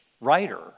writer